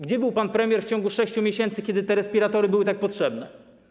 Gdzie był pan premier w ciągu 6 miesięcy, kiedy te respiratory były tak potrzebne?